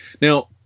Now